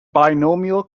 binomial